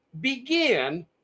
begin